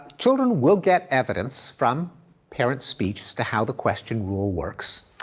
children will get evidence from parent's speech to how the question rule works,